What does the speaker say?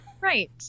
Right